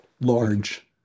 large